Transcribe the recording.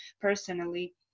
personally